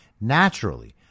Naturally